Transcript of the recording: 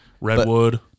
Redwood